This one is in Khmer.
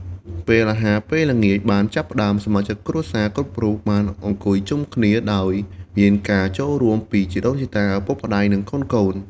ពេលអាហារពេលល្ងាចបានចាប់ផ្តើម សមាជិកគ្រួសារគ្រប់រូបបានអង្គុយជុំគ្នា ដោយមានការចូលរួមពីជីដូនជីតា ឪពុកម្តាយ និងកូនៗ។